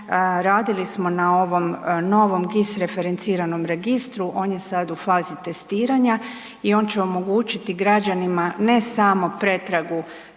Radili smo na ovom novom GIS referenciranom registru, on je sad u fazi testiranja i on će omogućiti građanima ne samo pretragu